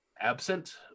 absent